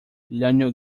llano